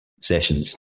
sessions